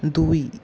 দুই